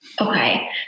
Okay